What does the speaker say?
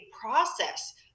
process